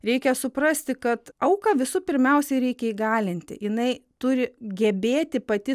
reikia suprasti kad auką visų pirmiausiai reikia įgalinti jinai turi gebėti pati